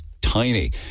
tiny